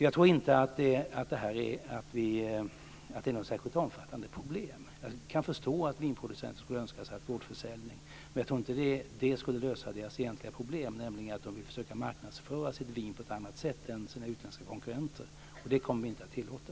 Jag tror inte att det är något särskilt omfattande problem. Jag kan förstå att vinproducenter skulle önska att få ha gårdsförsäljning, men jag tror inte att det skulle lösa deras egentliga problem, nämligen att de vill marknadsföra sitt vin på ett annat sätt än de utländska konkurrenterna. Det kommer vi inte att tillåta.